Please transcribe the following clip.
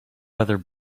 other